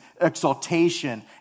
exaltation